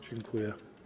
Dziękuję.